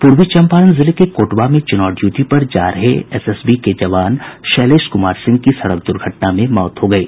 पूर्वी चम्पारण जिले के कोटवा में चुनाव ड्यूटी पर जा रहे एसएसबी के जवान शैलेश कुमार सिंह की सड़क द्र्घटना में मौत हो गयी